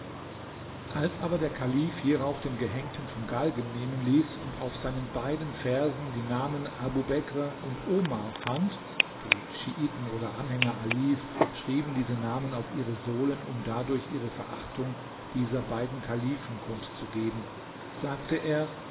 als aber der kalif hierauf den gehängten vom galgen nehmen ließ und auf seinen beiden fersen die namen abu bekr und omardie schiiten oder anhänger alis schrieben diese namen auf ihre sohlen um dadurch ihre verachtung dieser beiden kalifen kund zu geben fand sagte er